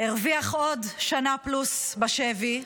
הרוויח עוד שנה פלוס בשבי,